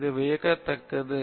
அது வியக்கத்தக்கது